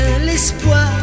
l'espoir